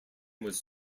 was